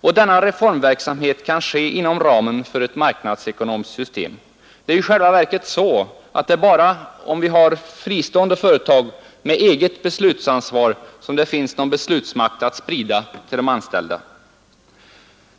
Och denna reformverksamhet kan ske inom ramen för ett marknadsekonomiskt system — det är i själva verket bara om vi har fristående företag med eget beslutsansvar som det finns någon beslutsmakt att sprida till de anställda.